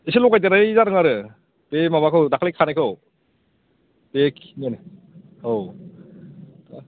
एसे लगायदेरनाय जादों आरो बै माबाखौ दाख्लैनि थानायखौ बेखिनियानो औ